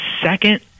second